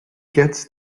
gets